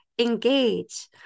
Engage